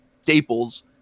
staples